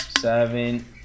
seven